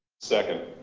second,